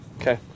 Okay